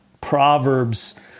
Proverbs